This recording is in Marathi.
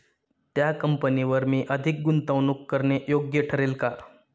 त्या कंपनीवर मी अधिक गुंतवणूक करणे योग्य ठरेल का?